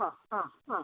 ആ ആ ആ